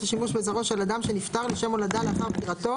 השימוש בזרעו של אדם שנפטר לשם הולדה לאחר פטירתו